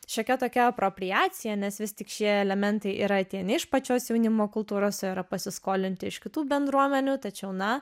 šiokia tokia apropriacija nes vis tik šie elementai yra tieni iš pačios jaunimo kultūros o yra pasiskolinti iš kitų bendruomenių tačiau na